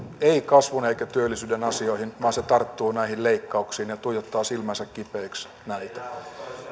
kasvun eikä työllisyyden asioihin vaan se tarttuu näihin leikkauksiin ja ja tuijottaa silmänsä kipeiksi näitä